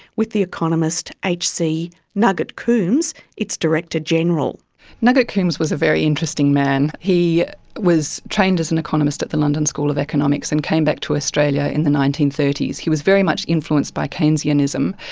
with the economist h c nugget coombs its director general nugget coombs was a very interesting man. he was trained as an economist at the london school of economics and came back to australia in the nineteen thirty s. he was very much influenced by keynesianism,